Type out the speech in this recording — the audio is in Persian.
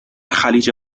خلیج